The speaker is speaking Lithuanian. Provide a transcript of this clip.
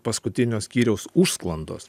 paskutinio skyriaus užsklandos